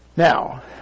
Now